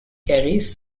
carries